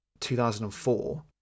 2004